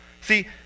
See